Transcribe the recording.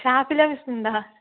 ഷാഫില മിസ്സുണ്ടോ